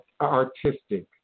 artistic